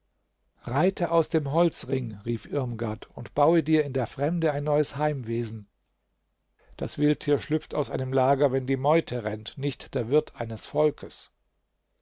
reite aus dem holzring rief irmgard und baue dir in der fremde ein neues heimwesen das wildtier schlüpft aus seinem lager wenn die meute rennt nicht der wirt eines volkes